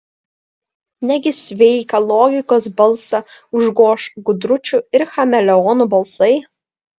negi sveiką logikos balsą užgoš gudručių ir chameleonų balsai